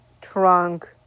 trunk